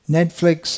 Netflix